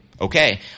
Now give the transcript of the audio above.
Okay